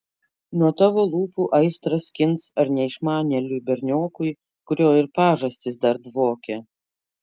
nuo tavo lūpų aistrą skins ar neišmanėliui berniokui kurio ir pažastys dar dvokia